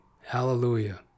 hallelujah